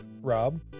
Rob